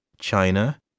China